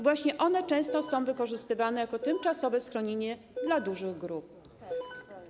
Właśnie one często są wykorzystywane jako tymczasowe schronienie dla dużych grup.